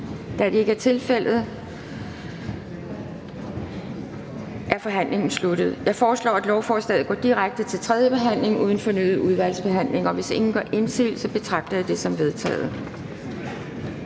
Da det ikke er tilfældet, er forhandlingen sluttet. Jeg foreslår, at lovforslaget går direkte til tredje behandling uden fornyet udvalgsbehandling. Hvis ingen gør indsigelse, betragter jeg det som vedtaget.